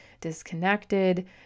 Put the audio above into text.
disconnected